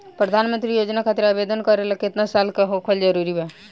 प्रधानमंत्री योजना खातिर आवेदन करे ला केतना साल क होखल जरूरी बा?